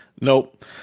Nope